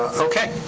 okay.